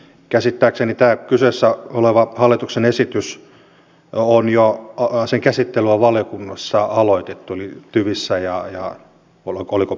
käsittääkseni tämän kyseessä olevan hallituksen esityksen käsittely on jo aloitettu valiokunnassa eli tyvissä ja oliko pevissä